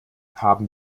haben